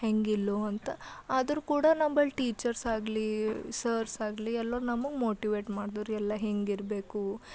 ಹೆಂಗೆ ಇಲ್ಲೋ ಅಂತ ಆದರೂ ಕೂಡ ನಂಬಳಿ ಟೀಚರ್ಸ್ ಆಗಲಿ ಸರ್ಸ್ ಆಗಲಿ ಎಲ್ಲ ನಮಗೆ ಮೋಟಿವೇಟ್ ಮಾಡಿದ್ರು ಎಲ್ಲ ಹೆಂಗೆ ಇರಬೇಕು